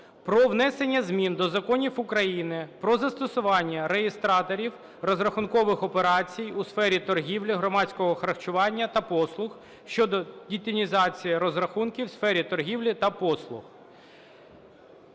про внесення змін до Закону України "Про застосування реєстраторів розрахункових операцій у сфері торгівлі, громадського харчування та послуг" щодо детінізації розрахунків в сфері торгівлі і послуг.